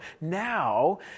now